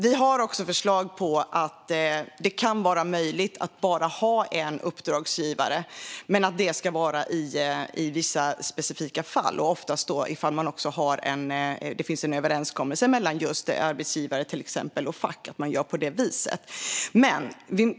Vi har också förslag om att det ska kunna vara möjligt att ha enbart en uppdragsgivare men att det ska gälla i vissa specifika fall - och då oftast om det också finns en överenskommelse mellan till exempel arbetsgivare och fack att man gör på det viset.